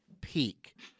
peak